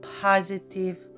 positive